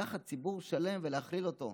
לקחת ציבור שלם ולהכליל אותו.